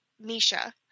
Misha